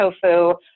tofu